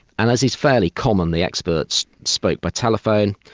and as is fairly common the experts spoke by telephone,